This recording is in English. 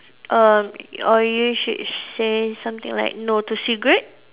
err or you should say something like no to cigarette